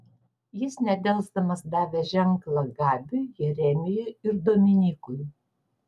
jis nedelsdamas davė ženklą gabiui jeremijui ir dominykui